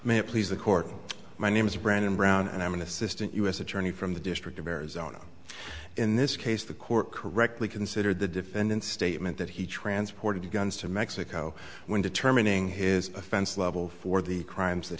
it please the court my name is brandon brown and i'm an assistant u s attorney from the district of arizona in this case the court correctly considered the defendant statement that he transported guns to mexico when determining his offense level for the crimes that